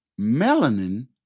melanin